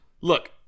Look